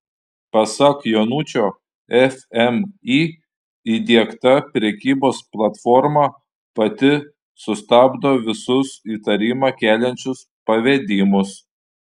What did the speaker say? pasak jonučio fmį įdiegta prekybos platforma pati sustabdo visus įtarimą keliančius pavedimus